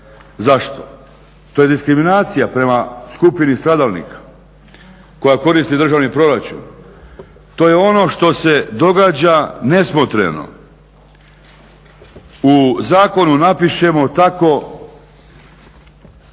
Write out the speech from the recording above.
Zašto? To je diskriminacija prema skupini stradalnika koja koristi državni proračun, to je ono što se događa nesmotreno. U zakonu napišemo tako